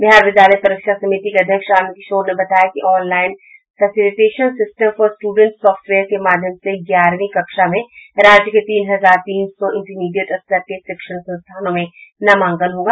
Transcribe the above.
बिहार विद्यालय परीक्षा समिति के अध्यक्ष आनंद किशोर ने बताया कि online facilitation system for student software के माध्यम से ग्यारहवीं कक्षा में राज्य के तीन हजार तीन सौ इंटरमीडिएट स्तर के शिक्षण संस्थानों में नामांकन होगा